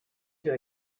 too